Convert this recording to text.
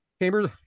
Chambers